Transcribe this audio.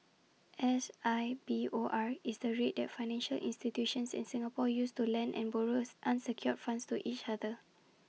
S I B O R is the rate that financial institutions in Singapore use to lend and borrow unsecured funds to each other